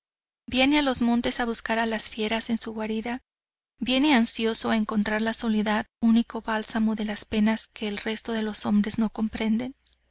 a los montes a buscar a las fieras en su guarida viene ansioso de encontrar la soledad único bálsamo de las penas que el resto de los hombres no comprenden